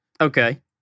Okay